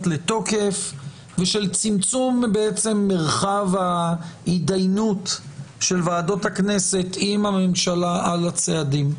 לתוקף ושל צמצום מרחב ההתדיינות של ועדות הכנסת עם הממשלה על הצעדים.